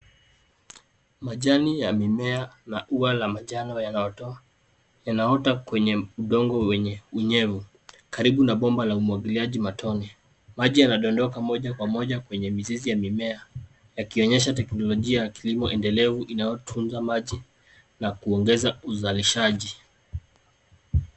Majani ya mimea na ua la manjano yanaota kwenye udongo wenye unyevu karibu na bomba la umwagiliaji matone. Maji yanadondoka moja kwa moja kwenye mizizi ya mimea yakionyesha teknolojia ya kilimo endelevu inayotunza maji na kuongeza uzalishaji.